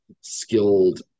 skilled